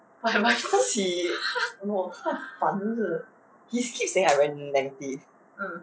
because he I don't know 他烦 he keep saying I very lengthy